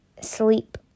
sleep